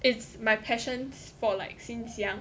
it's my passions for like since young